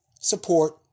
support